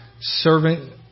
servant